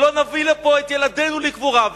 שלא נביא לפה את ילדינו לקבורה,